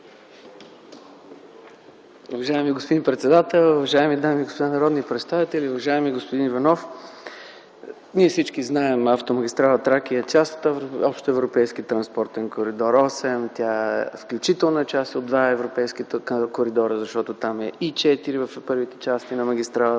Уважаеми господин председател, уважаеми дами и господа народни представители! Уважаеми господин Иванов, всички знаем - автомагистрала „Тракия” е част от общоевропейския транспортен коридор № 8. Тя включително е част от два европейски коридора, защото там е и коридор № 4 – в първите части на магистралата.